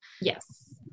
Yes